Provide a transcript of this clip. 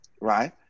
right